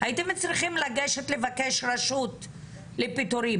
הייתם צריכים לגשת לבקש רשות לפיטורים,